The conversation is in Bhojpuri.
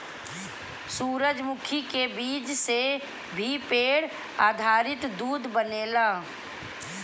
सूरजमुखी के बीज से भी पेड़ आधारित दूध बनेला